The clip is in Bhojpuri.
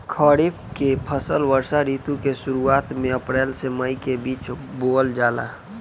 खरीफ के फसल वर्षा ऋतु के शुरुआत में अप्रैल से मई के बीच बोअल जाला